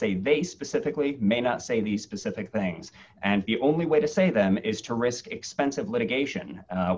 say they specifically may not say these specific things and the only way to save them is to risk expensive litigation